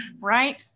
right